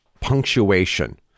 punctuation